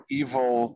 evil